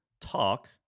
talk